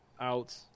out